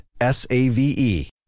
S-A-V-E